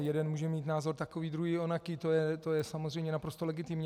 Jeden může mít názor takový, druhý onaký, to je samozřejmě naprosto legitimní.